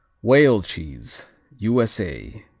whale cheese u s a.